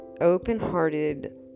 open-hearted